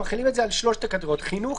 אנחנו מחילים את זה על שלוש הקטגוריות: חינוך,